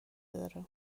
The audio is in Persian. داره